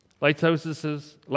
Lighthouses